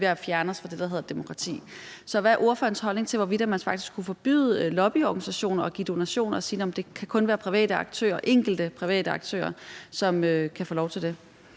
ved at fjerne os fra det, der hedder demokrati. Så hvad er ordførerens holdning til, hvorvidt man faktisk skulle forbyde lobbyorganisationer at give donationer og sige, at det kun kan være enkelte private aktører, som kan få lov til det?